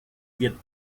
wird